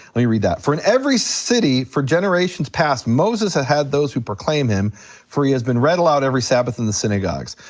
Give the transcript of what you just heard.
let me read that. for in every city for generations past, moses had had those who proclaim him for he has been read aloud every sabbath in the synagogues.